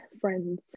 friends